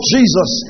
Jesus